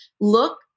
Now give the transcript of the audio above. look